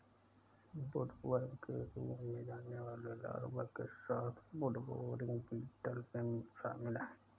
woodworm के रूप में जाने वाले लार्वा के साथ वुडबोरिंग बीटल में शामिल हैं